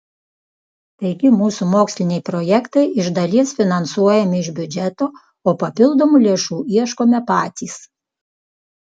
taigi mūsų moksliniai projektai iš dalies finansuojami iš biudžeto o papildomų lėšų ieškome patys